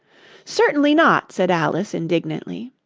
certainly not said alice indignantly.